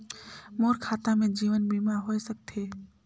मोर खाता से जीवन बीमा होए सकथे?